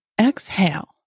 exhale